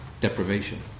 deprivation